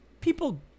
People